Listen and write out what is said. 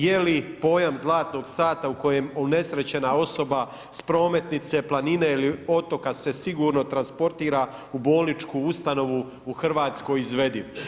Je li pojam zlatnog sata u kojem unesrećena osoba s prometnice, planine ili otoka se sigurno transportira u bolničku ustanovu u Hrvatskoj izvediv?